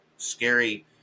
scary